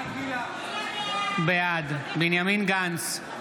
בעד בנימין גנץ,